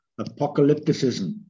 apocalypticism